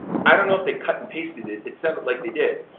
i don't know if they cut and pasted it, it sounded like they did,